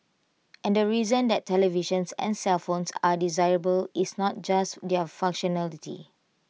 and the reason that televisions and cellphones are desirable is not just their functionality